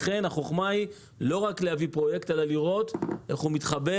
לכן החכמה היא לא רק להביא פרויקט אלא לראות איך הוא מתחבר